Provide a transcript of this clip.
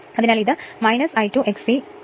അതിനാൽ ഇത് I2 X e 2 sin ∅ 2